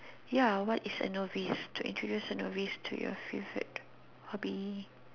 ya what is a novice to introduced a novice to your favourite hobby